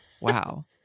wow